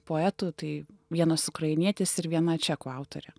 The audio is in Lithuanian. poetų tai vienas ukrainietis ir viena čekų autorė